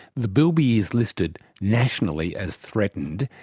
the bilby is listed nationally as threatened,